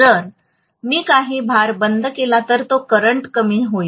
जर मी काही भार बंद केला तर तो करंट कमी होईल